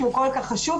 שזה כל כך חשוב.